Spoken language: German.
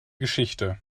geschichte